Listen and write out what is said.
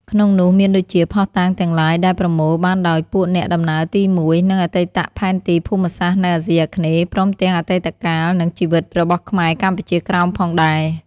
ក្នុងនោះ មានដូចជា ភស្តុតាងទាំងឡាយដែលប្រមូលបានដោយពួកអ្នកដំណើរទី១ និងអតីតផែនទីភូមិសាស្ត្រនៅអាស៊ីអាគ្នេយ៍ ព្រមទាំងអតីតកាល និងជីវិតរបស់ខ្មែរកម្ពុជាក្រោមផងដែរ។